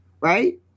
Right